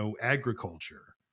agriculture